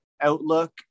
outlook